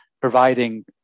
providing